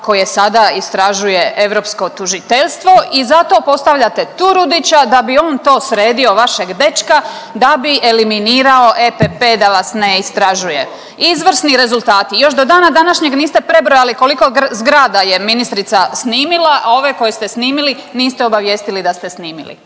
koje sada istražuje europsko tužiteljstvo i zato postavljate Turudića da bi on to sredio, vašeg dečka, da bi eliminirao EPP da vas ne istražuje. Izvrsni rezultati, još do dana današnjeg niste prebrojali koliko zgrada je ministrica snimila, a ove koje ste snimili niste obavijestili da ste snimili,